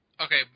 Okay